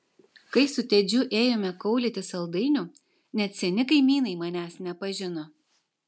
kai su tedžiu ėjome kaulyti saldainių net seni kaimynai manęs nepažino